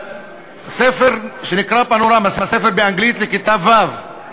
ספר שנקרא Panorama, ספר באנגלית לכיתה ו'